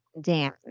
Dan